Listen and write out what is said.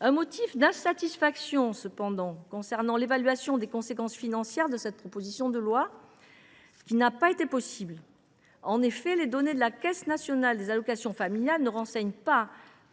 un motif d’insatisfaction demeure : l’évaluation des conséquences financières de cette proposition de loi n’a pas été possible. En effet, les données de la Caisse nationale des allocations familiales ne précisent pas